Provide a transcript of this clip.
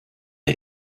der